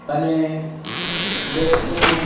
અને દેશનું